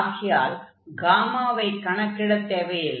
ஆகையால் ஐ கணக்கிடத் தேவையில்லை